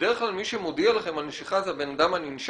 בדרך כלל מי שמודיע לכם על נשיכה זה הבן אדם הננשך